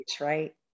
right